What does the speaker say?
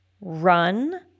run